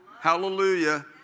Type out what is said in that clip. hallelujah